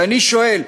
ואני שואל: